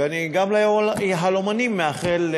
וגם ליהלומנים אני מאחל,